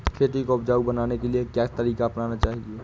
खेती को उपजाऊ बनाने के लिए क्या तरीका अपनाना चाहिए?